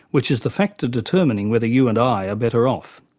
which is the factor determining whether you and i are better off.